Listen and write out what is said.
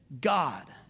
God